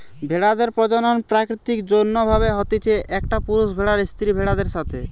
ভেড়াদের প্রজনন প্রাকৃতিক যৌন্য ভাবে হতিছে, একটা পুরুষ ভেড়ার স্ত্রী ভেড়াদের সাথে